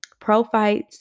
profites